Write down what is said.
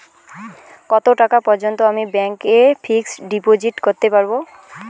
কত টাকা পর্যন্ত আমি ব্যাংক এ ফিক্সড ডিপোজিট করতে পারবো?